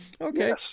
Okay